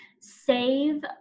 save